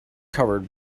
covered